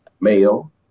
male